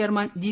chairman G